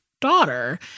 daughter